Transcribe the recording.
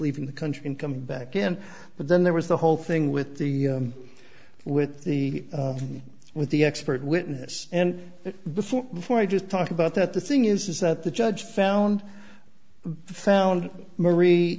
leaving the country and come back in but then there was the whole thing with the with the with the expert witness and before before i just talked about that the thing is that the judge found found marie